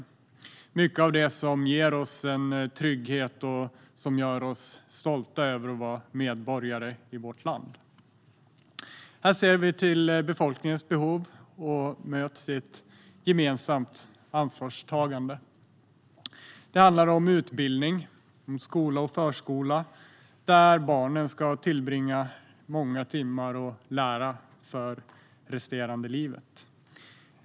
Det är mycket av det som ger oss trygghet och som gör oss stolta över att vara medborgare i vårt land. Här ser vi till befolkningens behov och möts i ett gemensamt ansvarstagande. Det handlar om utbildning, om skola och förskola där barnen ska tillbringa många timmar och lära för resten av livet.